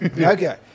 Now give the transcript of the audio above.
Okay